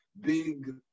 big